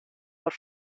por